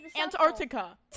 Antarctica